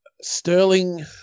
Sterling